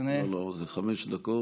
לא, זה חמש דקות.